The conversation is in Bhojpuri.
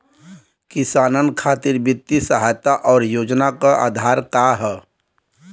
किसानन खातिर वित्तीय सहायता और योजना क आधार का ह?